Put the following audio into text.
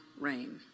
rain